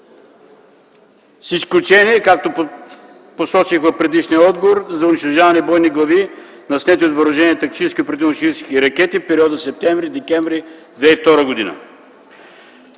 с изключение, както посочих в предишния отговор, на унищожаване на бойни глави на снети от въоръжение тактически и оперативно-тактически ракети в периода септември – декември 2002 г.